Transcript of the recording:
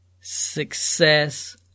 success